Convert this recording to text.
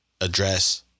address